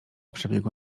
przebiegu